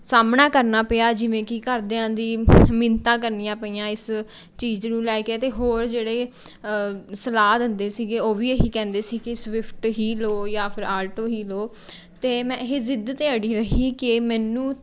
ਸਾਹਮਣਾ ਕਰਨਾ ਪਿਆ ਜਿਵੇਂ ਕਿ ਘਰਦਿਆਂ ਦੀ ਮਿੰਨਤਾਂ ਕਰਨੀਆਂ ਪਈਆਂ ਇਸ ਚੀਜ਼ ਨੂੰ ਲੈ ਕੇ ਅਤੇ ਹੋਰ ਜਿਹੜੇ ਸਲਾਹ ਦਿੰਦੇ ਸੀ ਉਹ ਵੀ ਇਹੀ ਕਹਿੰਦੇ ਸੀ ਕਿ ਸਵਿਫਟ ਹੀ ਲਓ ਜਾਂ ਫਿਰ ਆਲਟੋ ਹੀ ਲਓ ਅਤੇ ਮੈਂ ਇਹੀ ਜ਼ਿੱਦ 'ਤੇ ਅੜੀ ਰਹੀ ਕਿ ਮੈਨੂੰ